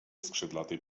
skrzydlatej